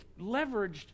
leveraged